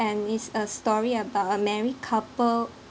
and it's a story about a married couple